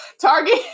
target